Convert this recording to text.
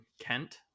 Kent